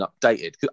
updated